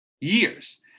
years